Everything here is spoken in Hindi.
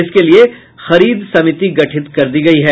इसके लिये खरीद समिति गठित कर दी गयी है